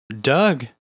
Doug